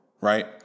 right